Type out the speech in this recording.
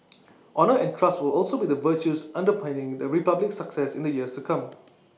honour and trust will also be the virtues underpinning the republic's success in the years to come